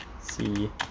see